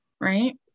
right